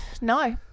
No